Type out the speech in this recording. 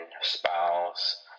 spouse